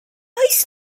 oes